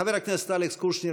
חבר הכנסת אלכס קושניר,